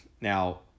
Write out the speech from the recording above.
Now